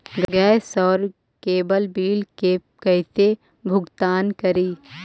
Gas और cable bill के कैसे भुगतान करी?